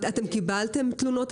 אתם קיבלתם תלונות?